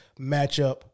matchup